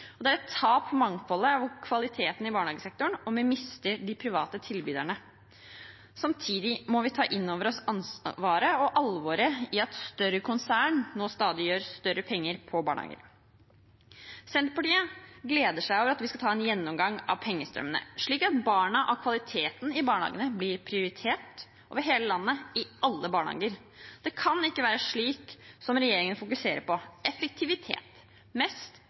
fokus. Det er et tap for mangfoldet og kvaliteten i barnehagesektoren om vi mister de private tilbyderne. Samtidig må vi ta inn over oss ansvaret for og alvoret ved at større konsern nå stadig gjør større penger på barnehager. Senterpartiet gleder seg over at vi skal ta en gjennomgang av pengestrømmene, slik at barna og kvaliteten i barnehagene blir prioritert over hele landet, i alle barnehager. Det kan ikke være slik som regjeringen fokuserer på – effektivitet og mest